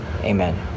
amen